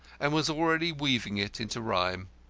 and was already weaving it into rhyme.